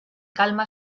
calma